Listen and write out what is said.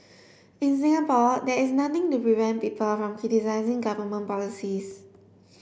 in Singapore there is nothing to prevent people from criticising government policies